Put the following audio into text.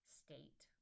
state